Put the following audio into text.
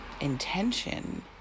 intention